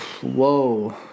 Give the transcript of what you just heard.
Whoa